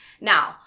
Now